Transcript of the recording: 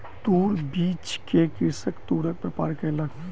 तूर बीछ के कृषक तूरक व्यापार केलक